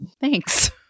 Thanks